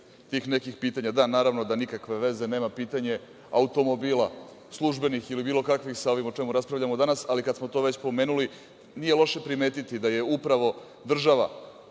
tih nekih pitanja. Da, naravno, da nikakve veze nema pitanje automobila, službenih ili bilo kakvih sa ovim o čemu raspravljamo danas, ali kada smo već to pomenuli nije loše primetiti da je upravo država